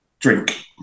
drink